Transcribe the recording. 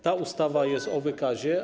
Ta ustawa jest o wykazie.